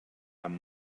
amb